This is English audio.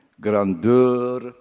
grandeur